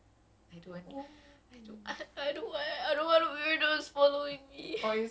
ever since um but ever since uh grab 哥哥 I privated my tiktok